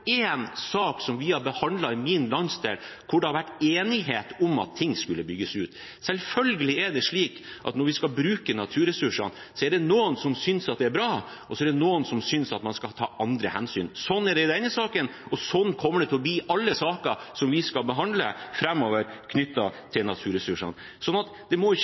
sak som vi har behandlet i min landsdel, hvor det har vært enighet om at ting skulle bygges ut. Selvfølgelig er det slik at når vi skal bruke naturressursene, er det noen som synes det er bra, og noen som synes at man skal ta andre hensyn. Sånn er det i denne saken, og sånn kommer det til å bli i alle saker som vi skal behandle framover knyttet til naturressursene. Det må ikke være noen tvil om at vi ønsker fornybar energi. Det må heller ikke